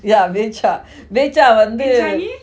yeah becak becak